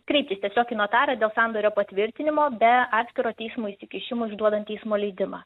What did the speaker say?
kreiptis tiesiog į notarą dėl sandorio patvirtinimo be atskiro teismo įsikišimo išduodant teismo leidimą